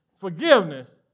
forgiveness